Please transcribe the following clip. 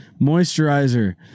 Moisturizer